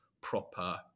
proper